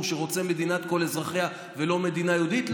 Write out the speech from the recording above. שרוצה מדינת כל אזרחיה ולא מדינה יהודית,